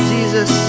Jesus